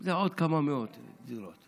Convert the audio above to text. זה עוד כמה מאות דירות,